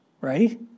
Right